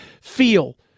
feel